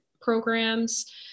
programs